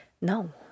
no